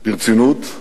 ברצינות,